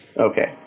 Okay